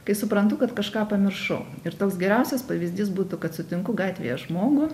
kai suprantu kad kažką pamiršau ir toks geriausias pavyzdys būtų kad sutinku gatvėje žmogų